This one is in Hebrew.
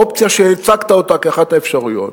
אופציה שהצגת אותה כאחת האפשרויות,